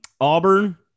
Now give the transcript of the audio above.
Auburn